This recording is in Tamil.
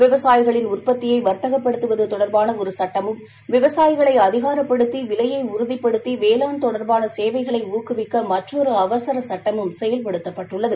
விவசாயிகளின் உற்பத்தியை வர்த்தகப்படுத்துவது தொடர்பான ஒரு சுட்டமும் விவசாயிகளை அதிகாரப்படுத்தி விலையை உறுதிப்படுத்தி வேளாண் தொடர்பான சேவைககளை ஊக்குவிக்க மற்றொரு அவசர் சுட்டமும் செயல்படுத்தப்பட்டுள்ளது